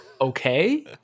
okay